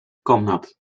komnat